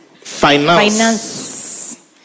finance